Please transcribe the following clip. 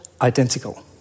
identical